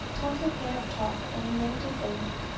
tap ok up top when you are ready to save it.